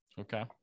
Okay